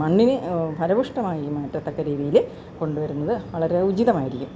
മണ്ണിന് ഫലഭൂഷ്ടമായി മാറ്റത്തക്ക രീതിയില് കൊണ്ട് വരുന്നത് വളരെ ഉചിതമായിരിക്കും